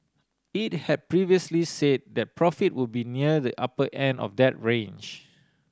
it had previously say that profit would be near the upper end of that range